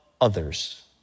others